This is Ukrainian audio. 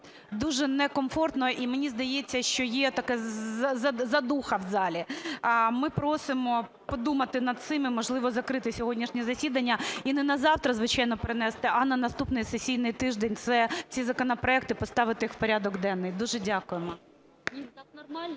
дуже некомфортно. І мені здається, що є така задуха в залі. Ми просимо подумати над цим і, можливо, закрити сьогоднішнє засіданні, і не на завтра, звичайно, перенести, а на наступний сесійний тиждень ці законопроекти поставити в порядок денний. Дуже дякуємо.